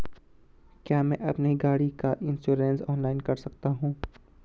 क्या मैं अपनी गाड़ी का इन्श्योरेंस ऑनलाइन कर सकता हूँ?